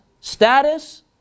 status